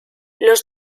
los